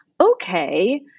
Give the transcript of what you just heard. Okay